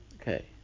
Okay